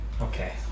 Okay